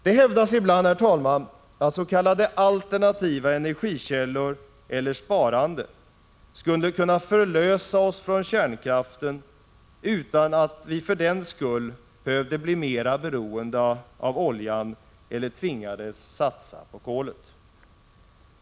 Det hävdas ibland, herr talman, att s.k. alternativa energikällor eller sparande skulle kunna förlösa oss från kärnkraften utan att vi för den skull behövde bli mera beroende av oljan eller tvingades satsa på kolet.